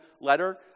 letter